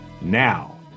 Now